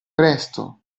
presto